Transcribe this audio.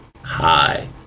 Hi